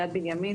יד בנימים,